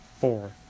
four